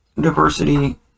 diversity